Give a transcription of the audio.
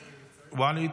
ואליד?